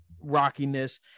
rockiness